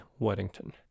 Weddington